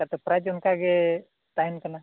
ᱪᱤᱠᱟᱛᱮ ᱯᱨᱟᱭᱤᱡᱽ ᱚᱱᱠᱟᱜᱮ ᱛᱟᱦᱮᱱ ᱠᱟᱱᱟ